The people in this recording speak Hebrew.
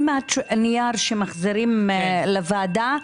עם הנייר שמחזירים לוועדה,